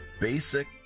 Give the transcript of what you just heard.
Basic